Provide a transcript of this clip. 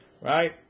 Right